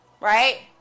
right